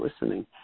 listening